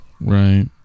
Right